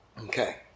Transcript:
Okay